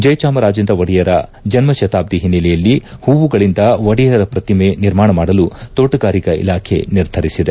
ಜಯಚಾಮರಾಜೇಂದ್ರ ಒಡೆಯರ ಜನ್ನ ಶತಾಬ್ದಿ ಹಿನ್ನೆಲೆಯಲ್ಲಿ ಹೂವುಗಳಿಂದ ಒಡೆಯರ ಪ್ರತಿಮೆ ನಿರ್ಮಾಣ ಮಾಡಲು ತೋಟಗಾರಿಕಾ ಇಲಾಖೆ ನಿರ್ಧರಿಸಿದೆ